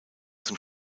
zum